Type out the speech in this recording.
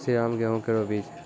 श्रीराम गेहूँ केरो बीज?